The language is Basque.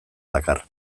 dakar